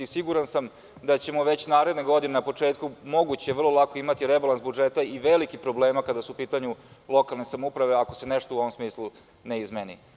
Siguran sam da ćemo već naredne godine na početku, moguće vrlo lako imati rebalans budžeta i velikih problema kada su u pitanju lokalne samouprave i ako se nešto u ovom smislu ne izmeni.